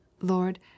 lord